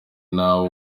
nabo